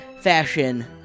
fashion